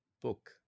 book